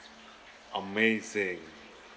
amazing